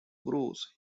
bruce